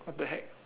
what the heck